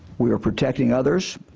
we are protecting others